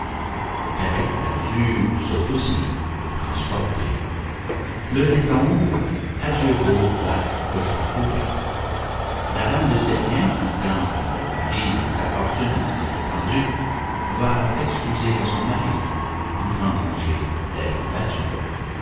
perrette là-dessus saute aussi transportée le lait tombe adieu veau vache cochon couvée la dame de ces biens quittant d'un œil marri sa fortune ainsi répandue va s'excuser à son mari en grand danger d'être battue